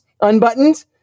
unbuttoned